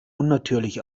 unnatürlich